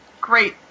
great